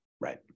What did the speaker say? right